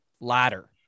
ladder